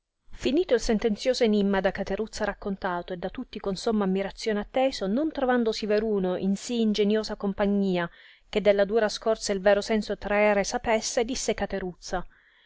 finito il sentenzioso enimma da cateruzza raccontato e da tutti con somma ammirazione atteso non trovandosi veruno in sì ingeniosa compagnia che della dura scorza il vero senso traere sapesse disse cateruzza